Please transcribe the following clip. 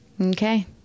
Okay